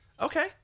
Okay